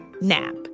NAP